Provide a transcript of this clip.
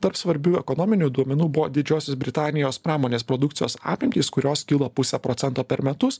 tarp svarbių ekonominių duomenų buvo didžiosios britanijos pramonės produkcijos apimtys kurios kilo puse procento per metus